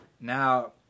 Now